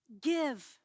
give